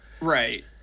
Right